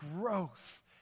growth